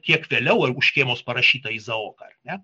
kiek vėliau už škėmos parašytą izaoką ar ne